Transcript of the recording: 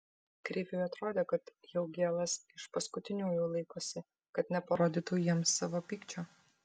kriviui atrodė kad jaugėlas iš paskutiniųjų laikosi kad neparodytų jiems savo pykčio